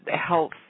health